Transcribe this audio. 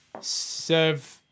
serve